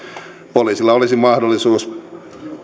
poliisilla olisi mahdollisuus